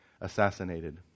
assassinated